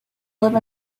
live